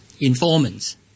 informants